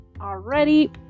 already